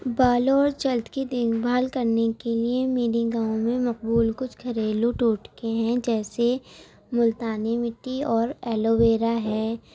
بالوں اور جِلد کی دیکھ بھال کرنے کے لیے میرے گاؤں میں مقبول کچھ گھریلو ٹوٹکے ہیں جیسے مُلتانی مٹی اور ایلو ویرا ہے